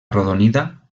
arrodonida